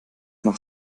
noch